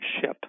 ship